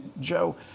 Joe